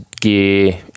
gear